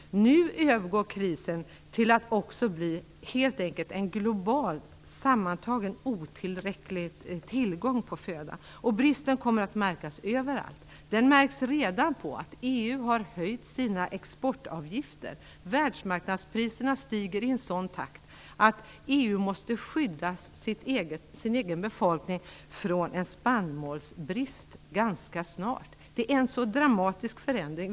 Nu övergår krisen till att helt enkelt också bli en global sammantaget otillräcklig tillgång på föda. Bristen kommer att märkas överallt. Den märks redan på att EU har höjt sina exportavgifter. Världsmarknadspriserna stiger i en sådan takt att EU måste skydda sin egen befolkning från spannmålsbrist ganska snart. Det är en så dramatisk förändring.